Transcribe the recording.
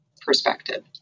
perspective